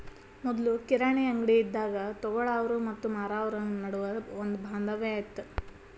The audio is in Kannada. ಮೊದ್ಲು ಕಿರಾಣಿ ಅಂಗ್ಡಿ ಇದ್ದಾಗ ತೊಗೊಳಾವ್ರು ಮತ್ತ ಮಾರಾವ್ರು ನಡುವ ಒಂದ ಬಾಂಧವ್ಯ ಇತ್ತ